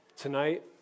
Tonight